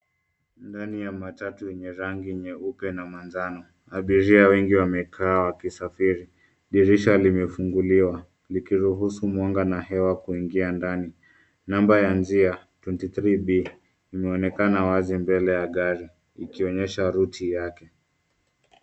Ndani ya matatu enye rangi nyeupe na manjano, abiria wengi wamekaa wakisafiri, dirisha limefunguliwa likiruhusu mwanga na hewa kuingia ndani, namba ya njia 23B , imeonekana wazi mbele ya gari ikionyesha ruti yake.